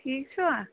ٹھیٖک چھُوا